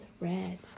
red